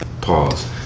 pause